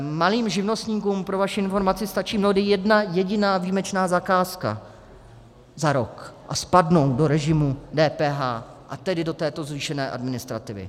Malým živnostníkům, pro vaši informaci, stačí mnohdy jedna jediná výjimečná zakázka za rok a spadnou do režimu DPH, a tedy do této zvýšené administrativy.